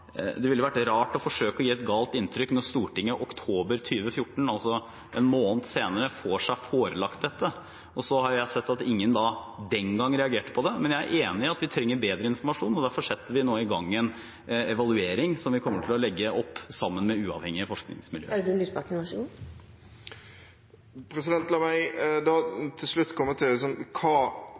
en måned senere, får seg forelagt dette. Så har jeg sett at ingen den gang reagerte på det. Men jeg er enig i at vi trenger bedre informasjon, og derfor setter vi nå i gang i en evaluering, som vi kommer til å legge opp sammen med uavhengige